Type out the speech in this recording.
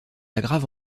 aggrave